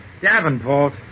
Davenport